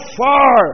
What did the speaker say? far